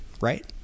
right